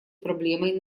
проблемой